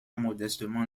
modestement